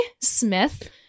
Smith